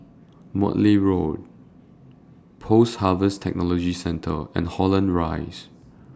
Morley Road Post Harvest Technology Centre and Holland Rise